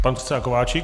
Pan předseda Kováčik.